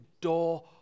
door